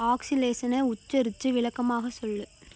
ஆக்ஸிலேசனை உச்சரித்து விளக்கமாக சொல்லு